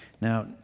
Now